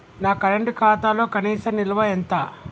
నా కరెంట్ ఖాతాలో కనీస నిల్వ ఎంత?